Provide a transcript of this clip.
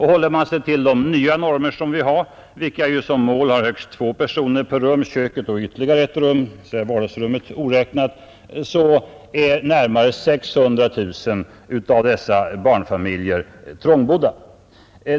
Håller man sig till de nya normerna, vilka ju som mål har högst två personer per rum, köket och ytterligare ett rum oräknat, är närmare 600 000 av barnfamiljerna trångbodda.